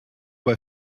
bei